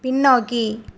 பின்னோக்கி